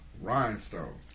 rhinestone